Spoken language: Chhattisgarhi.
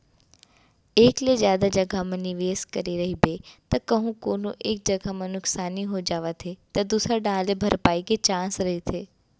एक ले जादा जघा म निवेस करे रहिबे त कहूँ कोनो एक जगा म नुकसानी हो जावत हे त दूसर डाहर ले भरपाई के चांस रहिथे